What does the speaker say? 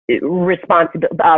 responsibility